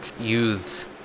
youths